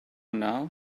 now